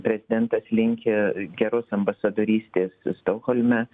prezidentas linki geros ambasadorystės stokholme